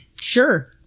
Sure